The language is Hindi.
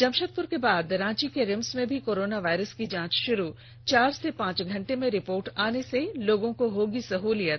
जमषेदपुर के बाद रांची के रिम्स में भी कोरोना वायरस की जांच शुरू चार से पांच घंटे में रिपोर्ट आने से लोगों को होगी सहूलियत